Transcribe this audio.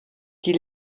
die